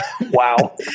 Wow